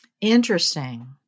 Interesting